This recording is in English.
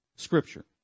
Scripture